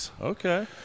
Okay